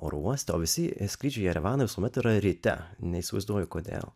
oro uoste o visi skrydžiai į jerevaną visuomet yra ryte neįsivaizduoju kodėl